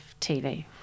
TV